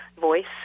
voice